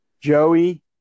Joey